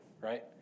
right